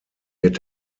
wird